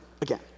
again